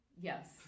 Yes